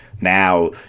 now